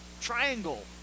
triangle